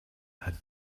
had